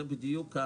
זה בדיוק,